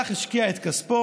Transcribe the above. הלך, השקיע את כספו.